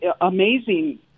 amazing